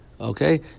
okay